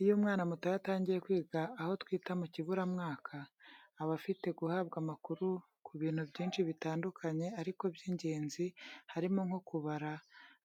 Iyo umwana mutoya atangiye kwiga aho twita mu kiburamwaka, aba afite guhabwa amakuru ku bintu byinshi bitandukanye ariko by’ingenzi, harimo nko kubara,